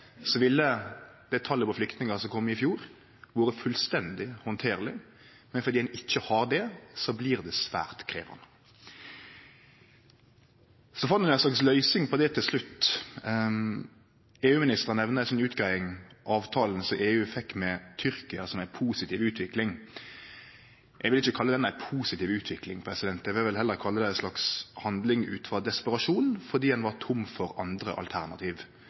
Så fann ein ei slags løysing på det til slutt. EU-ministeren nemnde i utgreiinga si avtalen EU fekk med Tyrkia, som ei positiv utvikling. Eg vil ikkje kalle det ei positiv utvikling. Eg vil heller kalle det ei slags handling ut frå desperasjon fordi ein var tom for andre alternativ.